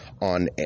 on